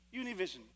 Univision